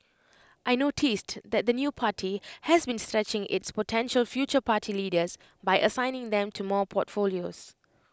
I noticed that the new party has been stretching its potential future party leaders by assigning them to more portfolios